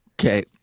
Okay